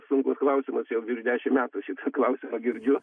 sunkus klausimas jau virš dešimt metų šį klausimą girdžiu